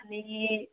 आणि